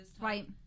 right